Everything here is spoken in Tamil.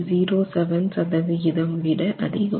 07 சதவிகிதம் விட அதிகம்